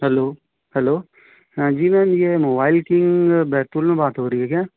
hello hello हाँ जी ma'am यह मोबाइल की बात हो रही है क्या